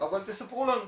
אבל תספרו לנו.